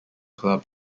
club